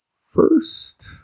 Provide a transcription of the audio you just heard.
first